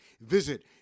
Visit